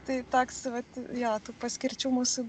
tai toks vat jo paskirčiau mūsų